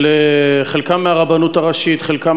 חלקם מהרבנות הראשית, חלקם